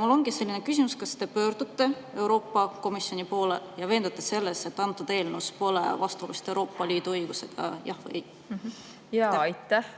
Mul ongi selline küsimus: kas te pöördute Euroopa Komisjoni poole ja veendute selles, et eelnõus pole vastuolusid Euroopa Liidu õigusega? Jah või ei? Aitäh!